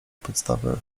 podstawę